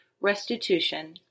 restitution